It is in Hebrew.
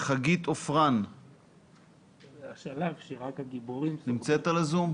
חגית עופרן נמצאת ב-זום?